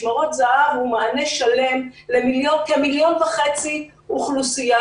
"משמרות זהב" הוא מענה שלם לאוכלוסייה של כמיליון וחצי אנשים,